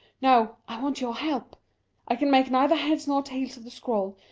no. i want your help i can make neither heads nor tails of the scrawl,